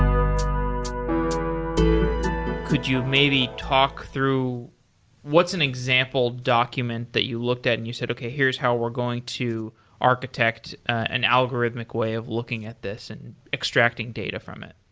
um could you maybe talk through what's an example document that you looked at and you said, okay. here's how we're going to architect an algorithmic way of looking at this and extracting data from it.